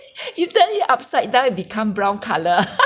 you turn it upside down it become brown colour